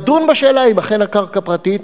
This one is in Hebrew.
לדון בשאלה אם אכן הקרקע פרטית,